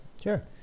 Sure